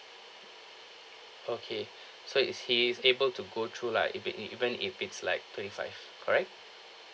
okay so is he is able to go through like if it e~ even if it's like twenty five correct